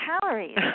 calories